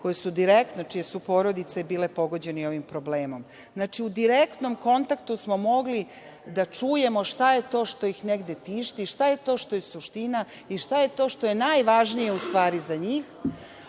koji su direktno, čije su porodice bile pogođeni ovim problemom. Znači, u direktnom kontaktu smo mogli da čujemo šta je to što ih negde tišti, šta je to što je suština i šta je to što je najvažnije u stvari za njih. Cela